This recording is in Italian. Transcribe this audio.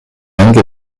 anche